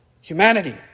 humanity